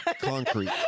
concrete